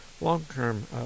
long-term